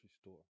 store